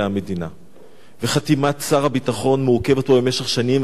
וחתימת שר הביטחון מעוכבת כבר במשך שנים וגם במשך שנות שלטונכם,